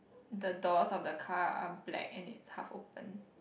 the doors of the car are black and is half open